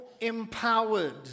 Empowered